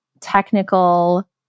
technical